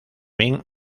mint